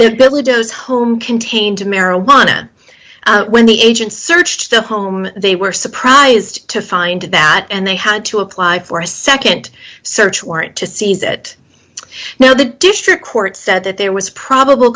they believe those home contained to marijuana when the agents searched the home they were surprised to find that and they had to apply for a nd search warrant to seize it now the district court said that there was probable